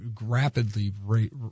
rapidly